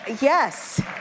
Yes